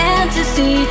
Fantasy